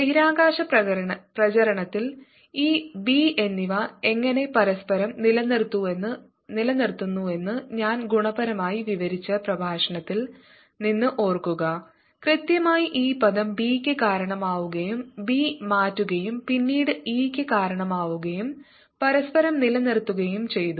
ബഹിരാകാശ പ്രചാരണത്തിൽ E B എന്നിവ എങ്ങനെ പരസ്പരം നിലനിർത്തുന്നുവെന്ന് ഞാൻ ഗുണപരമായി വിവരിച്ച പ്രഭാഷണത്തിൽ നിന്ന് ഓർക്കുക കൃത്യമായി ഈ പദം ബി ക്ക് കാരണമാവുകയും ബി മാറ്റുകയും പിന്നീട് ഇയ്ക്ക് കാരണമാവുകയും പരസ്പരം നിലനിർത്തുകയും ചെയ്തു